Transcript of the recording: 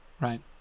right